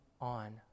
on